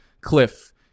cliff